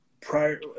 prior